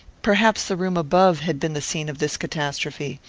perhaps the room above had been the scene of this catastrophe.